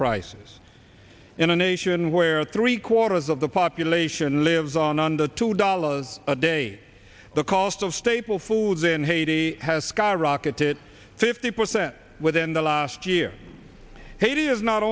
prices in a nation where three quarters of the population lives on under two dollars a day the cost of staple foods in haiti has skyrocketed fifty percent within the last year haiti is not